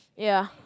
ya